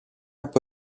από